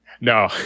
No